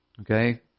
Okay